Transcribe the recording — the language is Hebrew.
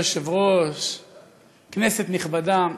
כנסת נכבדה,